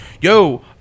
yo